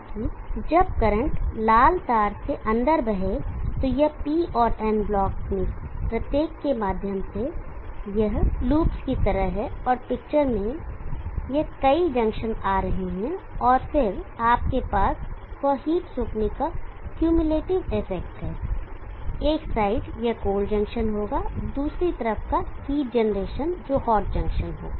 ताकि जब करंट लाल तार से अंदर बहे तो यह P और N ब्लॉक में प्रत्येक के माध्यम से यह लूपस की तरह है और पिक्चर में यह कई जंक्शन आ रहे हैं और फिर आपके पास वह हीट सोखने का कुमुलेटिव इफेक्ट है एक साइड यह कोल्ड जंक्शन होगा दूसरी तरफ का हीट जनरेशन जो हॉट जंक्शन होगा